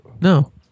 No